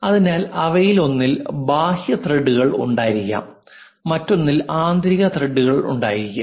അതിനാൽ അവയിലൊന്നിൽ ബാഹ്യ ത്രെഡുകൾ ഉണ്ടായിരിക്കാം മറ്റൊന്നിൽ ആന്തരിക ത്രെഡുകൾ ഉണ്ടായിരിക്കും